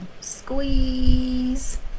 Squeeze